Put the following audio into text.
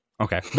Okay